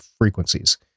frequencies